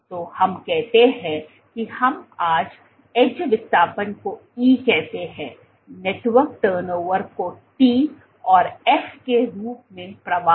तो हम कहते हैं कि हम एज विस्थापन को E कहते हैं नेटवर्क टर्नओवर को T और F के रूप में प्रवाह